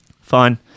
Fine